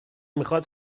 میخاد